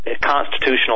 constitutional